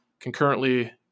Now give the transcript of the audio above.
Concurrently